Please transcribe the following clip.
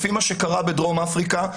לפי מה שקרה בדרום אפריקה,